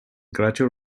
gradual